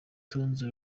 tonzi